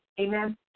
Amen